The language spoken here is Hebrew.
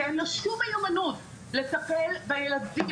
כי אין לו שום מיומנות לטפל בילדים,